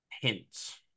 hints